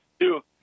two